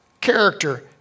character